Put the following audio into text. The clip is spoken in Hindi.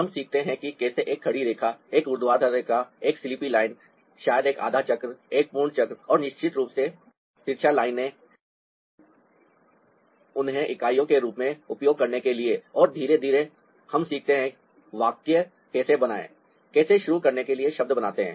हम सीखते हैं कि कैसे एक खड़ी रेखा एक ऊर्ध्वाधर रेखा एक स्लीपी लाइन शायद एक आधा चक्र एक पूर्ण चक्र और निश्चित रूप से तिरछा लाइनें उन्हें इकाइयों के रूप में उपयोग करने के लिए और धीरे धीरे हम सीखते हैं वाक्य कैसे बनाएं कैसे शुरू करने के लिए शब्द बनाते हैं